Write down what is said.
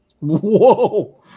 Whoa